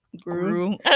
Grew